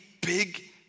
big